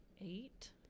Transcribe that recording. eight